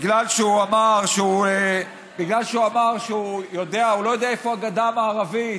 בגלל שהוא אמר שהוא לא יודע איפה הגדה המערבית,